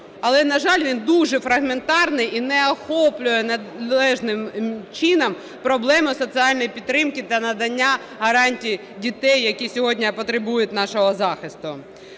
Але, на жаль, він дуже фрагментарний і не охоплює належним чином проблеми соціальної підтримки та надання гарантій дітей, які сьогодні потребують нашого захисту,